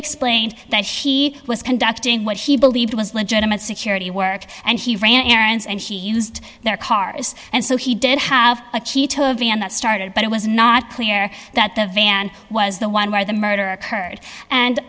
explained that she was conducting what he believed was legitimate security work and he ran errands and she used their cars and so he didn't have a cheeto van that started but it was not clear that the van was the one where the murder occurred and